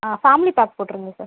ஆ family pack போட்டுவிடுங்க sir